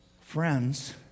friends